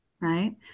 right